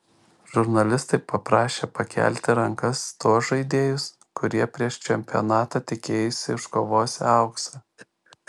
žurnalistai paprašė pakelti rankas tuos žaidėjus kurie prieš čempionatą tikėjosi iškovosią auksą